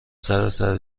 سراسر